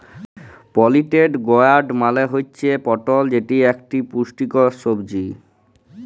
পলিটেড গয়ার্ড মালে হুচ্যে পটল যেটি ইকটি পুষ্টিকর সবজি